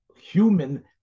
human